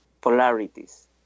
polarities